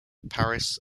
paris